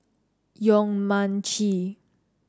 Yong Mun Chee